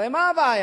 הרי מה הבעיה.